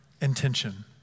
intention